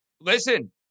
Listen